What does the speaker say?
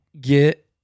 get